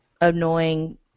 annoying